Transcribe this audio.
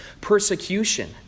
persecution